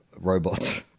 robots